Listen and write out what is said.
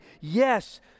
Yes